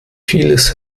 vieles